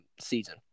season